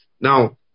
Now